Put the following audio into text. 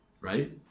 right